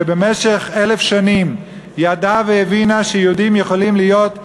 שבמשך 1,000 שנים ידעה והבינה שיהודים יכולים להיות,